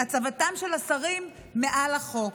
הצבתם של השרים מעל החוק.